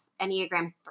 Enneagram